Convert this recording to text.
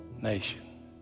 nation